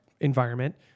environment